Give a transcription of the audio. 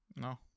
No